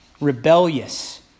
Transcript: rebellious